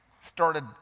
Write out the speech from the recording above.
started